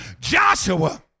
Joshua